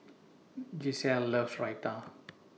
Gisselle loves Raita